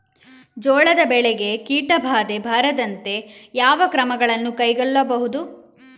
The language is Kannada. ಜೋಳದ ಬೆಳೆಗೆ ಕೀಟಬಾಧೆ ಬಾರದಂತೆ ಯಾವ ಕ್ರಮಗಳನ್ನು ಕೈಗೊಳ್ಳಬಹುದು?